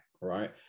right